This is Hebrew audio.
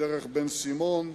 דרך בן-סימון,